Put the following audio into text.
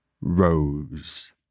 Rose